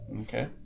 Okay